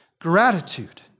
gratitude